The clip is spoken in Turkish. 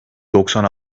doksan